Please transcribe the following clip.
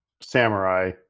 samurai